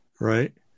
Right